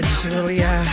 julia